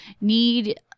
need